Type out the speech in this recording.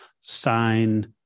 sign